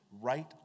right